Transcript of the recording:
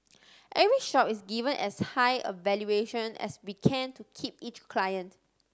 every shop is giving as high a valuation as we can to keep each client